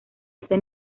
este